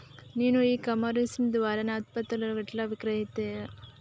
నేను e commerce ద్వారా నా ఉత్పత్తులను ఎట్లా విక్రయిత్తను?